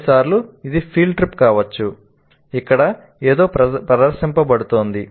కొన్నిసార్లు ఇది field trip కావచ్చు ఇక్కడ ఏదో ప్రదర్శించబడుతుంది